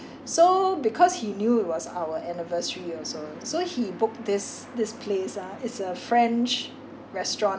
so because he knew it was our anniversary also so he booked this this place ah it's a french restaurant